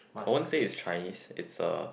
I wouldn't say is Chinese is a